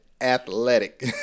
athletic